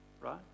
right